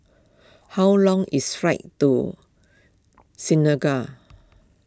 how long is flight to Senegal